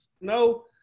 no